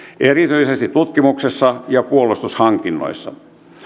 erityisesti tutkimuksessa ja puolustushankinnoissa